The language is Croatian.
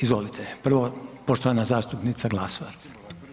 Izvolite prvo poštovana zastupnica Glasovac.